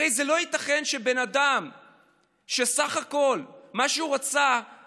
הרי זה לא ייתכן שבן אדם שבסך הכול מה שהוא רצה זה